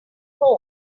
home